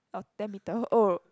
oh ten meter oh